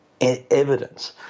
evidence